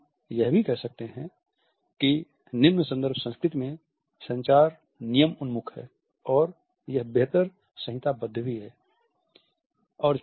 हम यह भी कह सकते हैं कि निम्न संदर्भ संस्कृति में संचार नियम उन्मुख है और यह बेहतर संहिताबद्ध भी है